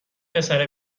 پسره